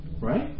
Right